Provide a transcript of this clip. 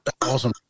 awesome